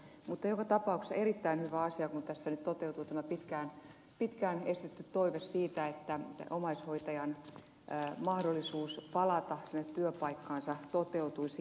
mutta joka tapauksessa on erittäin hyvä asia kun tässä nyt toteutuu tämä pitkään esitetty toive siitä että omaishoitajan mahdollisuus palata työpaikkaansa toteutuisi